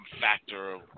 factor